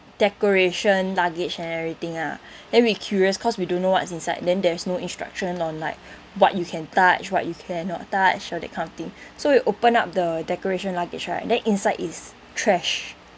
decoration luggage and everything ah then we curious cause we don't know what's inside then there's no instruction on like what you can touch what you cannot touch all that kind of thing so we open up the decoration luggage right then inside is trash